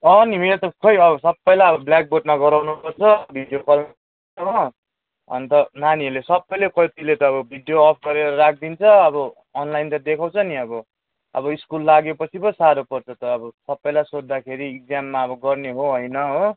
अँ नि मेरो त खोइ अब सबैलाई ब्ल्याक बोर्डमा गराउनुपर्छ भिडियो कलमा हो अन्त नानीहरूले सबैले कतिले त अब भिडियो अफ गरेर राखिदिन्छ अब अनलाइन त देखाउँछ नि अब अब स्कुल लागेपछि पो साह्रो पर्छ त अब सबै सोध्दाखेरि अब इक्ज्याममा अब गर्ने हो होइन हो